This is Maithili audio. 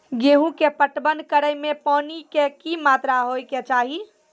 गेहूँ के पटवन करै मे पानी के कि मात्रा होय केचाही?